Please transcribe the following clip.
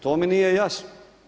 To mi nije jasno.